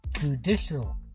Judicial